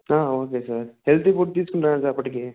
okay sir healthy food తీసుకుంటున్నా sir అప్పటికీ